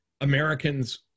Americans